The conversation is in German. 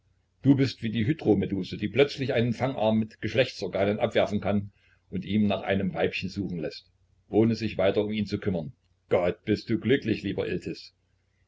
du bist wie die hydromeduse die plötzlich einen fangarm mit geschlechtsorganen abwerfen kann und ihn nach einem weibchen suchen läßt ohne sich weiter um ihn zu kümmern gott bist du glücklich lieber iltis